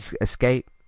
Escape